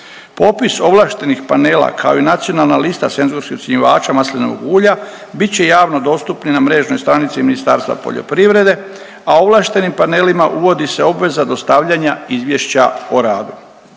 Popis ovlaštenih panela kao i nacionalna lista senzorskih ocjenjivača maslinovog ulja bit će javno dostupni na mrežnoj stranici Ministarstva poljoprivrede, a ovlaštenim panelima uvodi se obveza dostavljanja izvješća o radu.